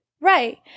Right